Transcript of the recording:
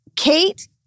Kate